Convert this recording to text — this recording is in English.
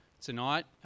tonight